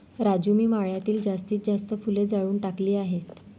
राजू मी मळ्यातील जास्तीत जास्त फुले जाळून टाकली आहेत